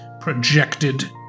projected